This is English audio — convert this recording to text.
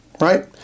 right